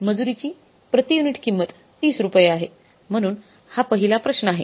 मजुरीची प्रति युनिट किंमत 30 रुपये आहे म्हणून हा पहिला प्रश्न आहे